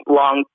long